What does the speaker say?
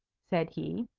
said he,